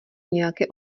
nějaké